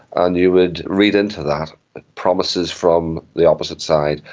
and you would read into that promises from the opposite side.